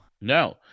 No